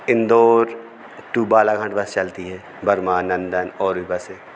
Indore to Balaghat bus चलती है बर्मानंदन और भी बसे